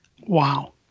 Wow